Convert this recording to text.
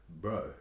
bro